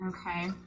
Okay